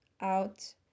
out